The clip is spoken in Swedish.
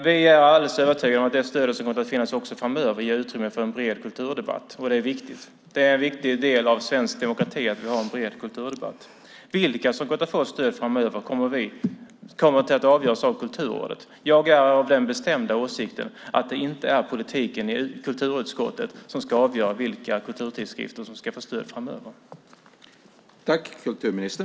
Vi är alldeles övertygade om att också det stöd som kommer att finnas framöver ger utrymme för en bred kulturdebatt. Det är viktigt. Det är en viktig del av svensk demokrati att vi har en bred kulturdebatt. Vilka som får stöd framöver kommer att avgöras av Kulturrådet. Jag är av den bestämda åsikten att det inte är politiken i kulturutskottet som ska avgöra vilka kulturtidskrifter som ska få stöd framöver.